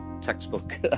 textbook